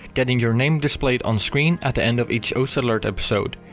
getting your name displayed on-screen at the end of each osu! alert episode,